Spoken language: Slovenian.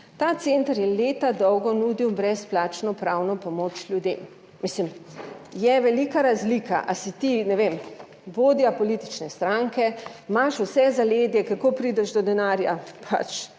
Ta center je leta dolgo nudil brezplačno pravno pomoč ljudem. Mislim, je velika razlika, ali si ti, ne vem, vodja politične stranke, imaš vse zaledje, kako prideš do denarja, pač